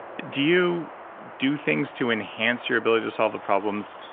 do you do things to enhance your ability to solve the problems?